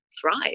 thrive